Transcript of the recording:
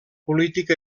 política